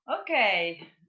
Okay